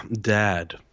dad